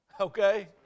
Okay